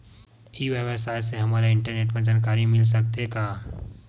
ई व्यवसाय से हमन ला इंटरनेट मा जानकारी मिल सकथे का?